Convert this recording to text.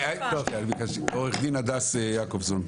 טוב, עו"ד הדס יעקבסון.